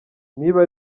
niba